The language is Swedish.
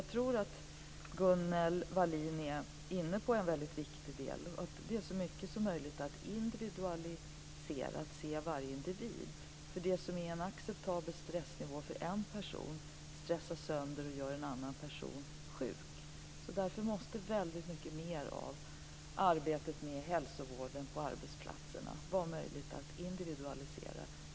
Jag tror att Gunnel Wallin är inne på en viktig del, att så mycket som möjligt individualisera och att se varje individ. Det som är en acceptabel stressnivå för en person, stressar sönder och gör en annan person sjuk. Därför måste mycket mer av arbetet med hälsovården på arbetsplatserna vara möjligt att individualisera.